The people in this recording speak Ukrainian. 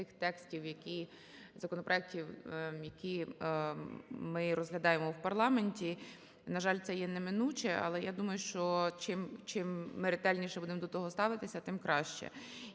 тих текстів законопроектів, які ми розглядаємо в парламенті. На жаль, це є неминуче, але я думаю, що чим ми ретельніше будемо до того ставитися, тим краще.